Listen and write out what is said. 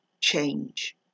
change